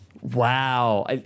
Wow